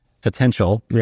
potential